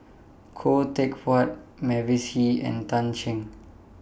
Khoo Teck Puat Mavis Hee and Tan Shen